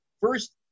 First